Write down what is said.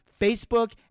Facebook